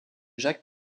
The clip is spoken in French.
jacques